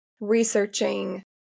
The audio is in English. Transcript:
researching